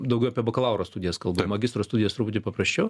daugiau apie bakalauro studijas kalbu magistro studijos truputį paprasčiau